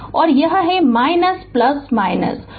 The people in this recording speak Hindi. तो 4 t 3 ut 3 और यह है